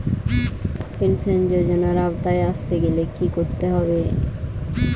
Pension যজোনার আওতায় আসতে গেলে কি করতে হবে?